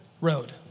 road